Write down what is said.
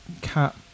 cat